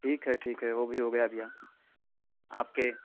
ठीक है ठीक है वो भी हो गया भैया आपके